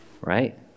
right